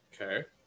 Okay